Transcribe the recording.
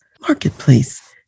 marketplace